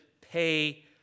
pay